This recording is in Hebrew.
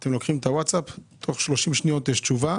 אתם לוקחים את הווטסאפ ותוך שלושים שניות יש תשובה,